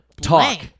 Talk